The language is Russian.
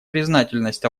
признательность